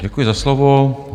Děkuji za slovo.